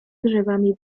drzewami